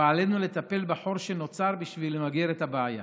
ועלינו לטפל בחור שנוצר בשביל למגר את הבעיה.